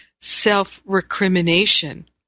self-recrimination